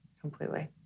Completely